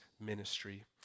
ministry